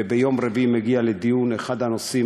וביום רביעי מגיע לדיון אחד הנושאים